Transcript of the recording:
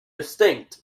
distinct